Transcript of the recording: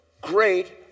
great